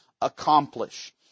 accomplish